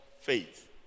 faith